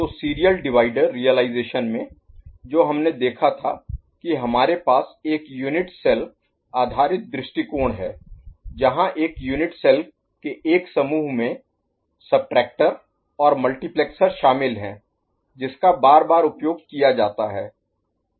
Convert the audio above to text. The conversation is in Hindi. तो सीरियल डिवाइडर रियलाईज़ेशन में जो हमने देखा था कि हमारे पास एक यूनिट सेल आधारित दृष्टिकोण है जहां एक यूनिट सेल के एक समूह में सबट्रैक्टर और मल्टीप्लेक्सर शामिल हैं जिसका बार बार उपयोग किया जाता है